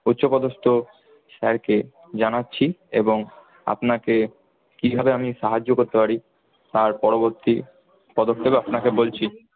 উচ্চপদস্থ স্যারকে জানাচ্ছি এবং আপনাকে কীভাবে আমি সাহায্য করতে পারি তার পরবর্তী পদক্ষেপ আপনাকে বলছি